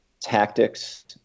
tactics